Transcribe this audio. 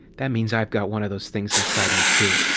that means i've got one of those things inside me, too.